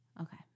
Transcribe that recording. Okay